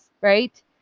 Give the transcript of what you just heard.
right